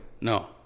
No